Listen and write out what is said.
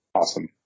Awesome